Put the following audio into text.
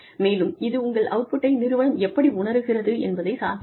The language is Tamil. மேலும் இது உங்கள் அவுட்புட்டை நிறுவனம் எப்படி உணருகிறது என்பதையும் சார்ந்திருக்கும்